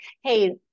hey